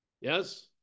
Yes